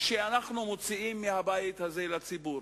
שאנחנו מוציאים מהבית הזה לציבור.